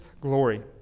glory